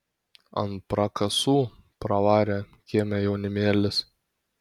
ant prakasų pravarė kieme jaunimėlis